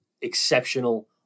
exceptional